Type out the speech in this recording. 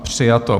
Přijato.